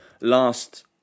last